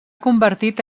convertit